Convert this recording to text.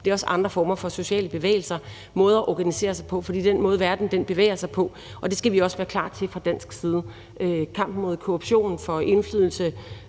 handler om andre former for sociale bevægelser og måder at organisere sig på. Det er den måde, verden bevæger sig på, og det skal vi også være klar til fra dansk side. For kampen mod korruption, for indflydelse,